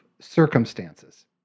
circumstances